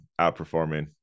outperforming